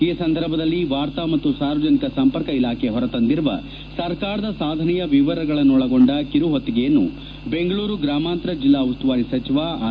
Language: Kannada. ಈ ಸಂದರ್ಭದಲ್ಲಿ ವಾರ್ತಾ ಮತ್ತು ಸಾರ್ವಜನಿಕ ಸಂಪರ್ಕ ಇಲಾಖೆ ಹೊರತಂದಿರುವ ಸರ್ಕಾರದ ಸಾಧನೆಯ ವಿವರಗಳನ್ನು ಒಳಗೊಂಡ ಕಿರುಹೊತ್ತಿಗೆಯನ್ನು ಬೆಂಗಳೂರು ಗ್ರಾಮಾಂತರ ಜಿಲ್ಲಾ ಉಸ್ತುವಾರಿ ಸಚಿವ ಆರ್